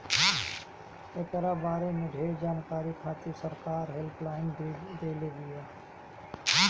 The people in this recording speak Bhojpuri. एकरा बारे में ढेर जानकारी खातिर सरकार हेल्पलाइन भी देले बिया